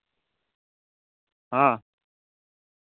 ᱦᱮᱸ